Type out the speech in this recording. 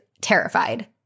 terrified